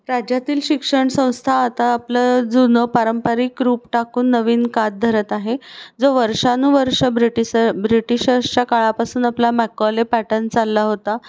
राज्यातील शिक्षणसंस्था आता आपलं जुनं पारंपरिक रूप टाकून नवीन कात धरत आहे जो वर्षानुवर्षं ब्रिटिस ब्रिटिशर्सच्या काळापासून आपला मॅकॉले पॅटर्न चालला होता